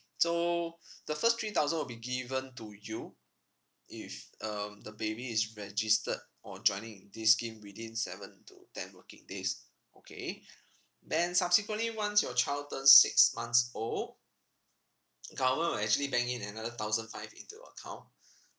so the first three thousand will be given to you if um the baby is registered on joining in this scheme within seven to ten working days okay then subsequently once your child turns six months old government will actually bank in another thousand five into account